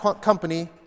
company